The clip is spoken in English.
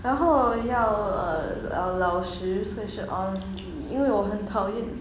然后要 err 老老实所以是 honesty 因为我很讨厌